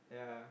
yeah